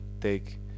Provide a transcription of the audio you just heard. take